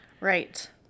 right